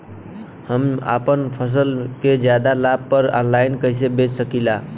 हम अपना फसल के ज्यादा लाभ पर ऑनलाइन कइसे बेच सकीला?